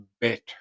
better